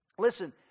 Listen